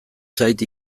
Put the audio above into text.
zait